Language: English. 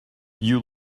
you